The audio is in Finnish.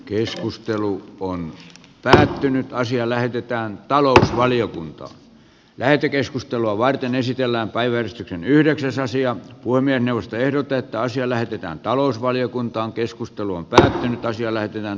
keskustelu on päättynyt ja asia lähetetään talousvaliokuntaan lähetekeskustelua varten esitellään päivän yhdeksäs asian puiminen neuvosto ehdottaa että asia lähetetään talousvaliokuntaankeskustelun pelin osia löytyvän